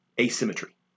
asymmetry